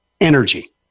energy